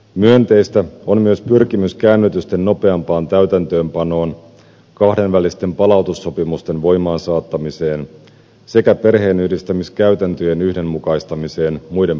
myönteistä on myös pyrkimys käännytysten nopeampaan täytäntöönpanoon kahdenvälisten palautussopimusten voimaansaattamiseen sekä perheenyhdistämiskäytäntöjen yhdenmukaistamiseen muiden pohjoismaiden kanssa